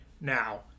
Now